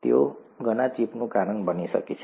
તેઓ ઘણા ચેપનું કારણ બની શકે છે